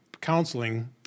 counseling